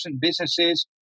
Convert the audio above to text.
businesses